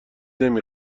نمی